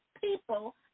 people